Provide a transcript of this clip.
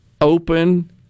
open